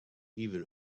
even